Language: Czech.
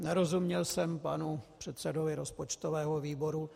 Nerozuměl jsem panu předsedovi rozpočtového výboru.